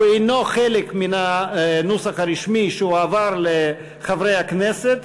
הוא אינו חלק מהנוסח הרשמי שהועבר לחברי הכנסת,